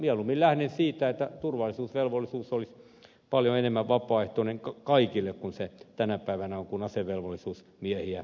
mieluummin lähden siitä että turvallisuusvelvollisuus olisi paljon enemmän vapaaehtoinen kaikille kuin se tänä päivänä on kun asevelvollisuus syrjii miehiä